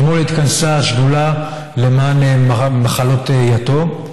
אתמול התכנסה השדולה למען מחלות יתום.